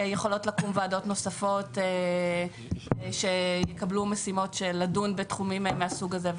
יכולות לקום ועדות נוספות שיקבלו משימות לדון בתחומים מהסוג הזה,